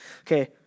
Okay